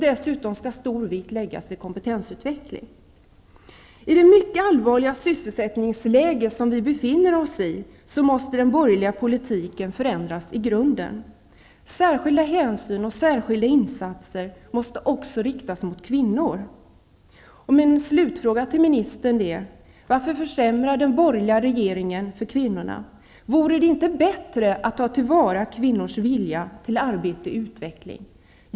Dessutom bör stor vikt fästas vid kompetensutveckling. I det mycket allvarliga sysselsättningsläge som vi befinner oss i, måste den borgerliga politiken förändras i grunden. Särskilda hänsyn och insatser måste också riktas mot kvinnor. Min slutfråga till ministern är: Varför försämrar den borgerliga regeringen för kvinnorna? Vore det inte bättre att ta till vara kvinnors vilja till arbete och utveckling?